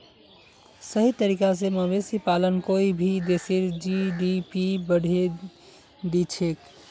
सही तरीका स मवेशी पालन कोई भी देशेर जी.डी.पी बढ़ैं दिछेक